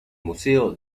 museo